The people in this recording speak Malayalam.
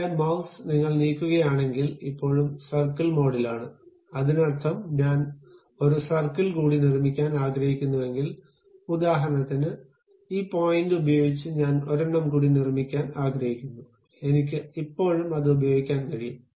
നിങ്ങളുടെ മൌസ് നിങ്ങൾ നീക്കുകയാണെങ്കിൽ ഇപ്പോഴും സർക്കിൾ മോഡിലാണ് അതിനർത്ഥം ഞാൻ ഒരു സർക്കിൾ കൂടി നിർമ്മിക്കാൻ ആഗ്രഹിക്കുന്നുവെങ്കിൽ ഉദാഹരണത്തിന് ഈ പോയിന്റ് ഉപയോഗിച്ച് ഞാൻ ഒരെണ്ണം കൂടി നിർമ്മിക്കാൻ ആഗ്രഹിക്കുന്നു എനിക്ക് ഇപ്പോഴും അത് ഉപയോഗിക്കാൻ കഴിയും